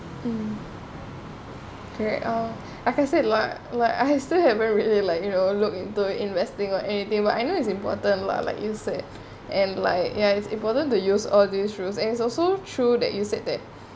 mm there are I can say like like I still haven't really like you know look into investing or anything but I know it's important lah like you said and like ya it's important to use all these rules and it's also true that you said that